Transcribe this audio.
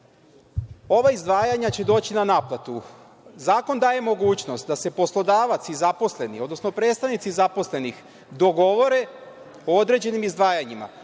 ova izdvajanja će doći na naplatu. Zakon daje mogućnost da se poslodavac i zaposleni, odnosno predstavnici zaposlenih dogovore o određenim izdvajanjima.